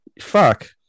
fuck